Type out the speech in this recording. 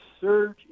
surge